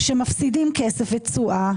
שמפסידים כסף ותשואה.